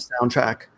soundtrack